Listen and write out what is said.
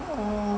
oh